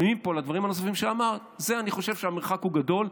אבל מפה עד לדברים הנוספים שאמרת אני חושב שהמרחק גדול.